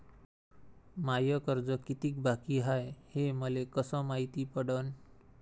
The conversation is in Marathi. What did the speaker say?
माय कर्ज कितीक बाकी हाय, हे मले कस मायती पडन?